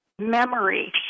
memory